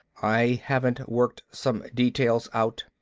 i haven't worked some details out.